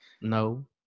no